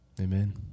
Amen